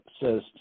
says